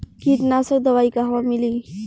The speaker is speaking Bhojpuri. कीटनाशक दवाई कहवा मिली?